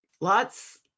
lots